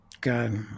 god